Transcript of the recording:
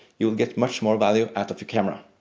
you will get much more value out of your camera.